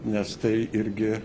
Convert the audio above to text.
nes tai irgi